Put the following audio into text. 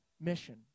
mission